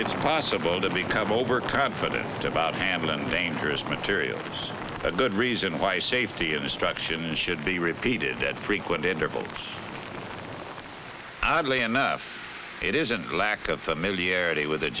it's possible to become overconfident about handling dangerous materials but good reason why safety instructions should be repeated at frequent intervals idly enough it isn't lack of familiarity with